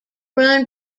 run